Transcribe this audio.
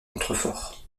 contreforts